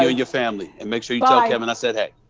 ah your family and make sure you tell kevin i said hey.